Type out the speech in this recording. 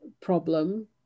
problem